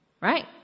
right